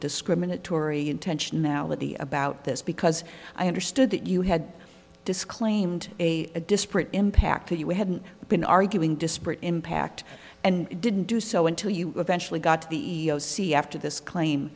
discriminatory intentionality about this because i understood that you had disclaimed a disparate impact that you hadn't been arguing disparate impact and didn't do so until you eventually got the e e o c after this claim